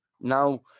Now